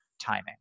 timing